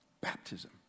Baptism